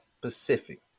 Pacific